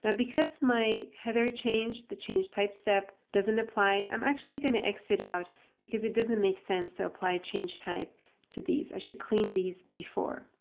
but because my header changed, the changed type step doesn't apply. i'm actually going to exit out because it doesn't make sense to apply a changed type to these. i should clean these before.